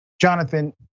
Jonathan